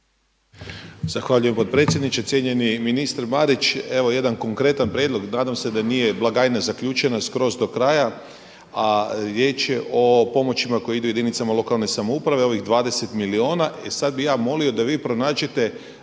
Zahvaljujem potpredsjedniče. Cijenjeni ministre Marić, evo jedan konkretan prijedlog. Nadam se da nije blagajna zaključena skroz do kraja, a riječ je o pomoćima koje idu jedinicama lokalne samouprave, ovih 20 milijuna. E sad bih ja molio da vi pronađete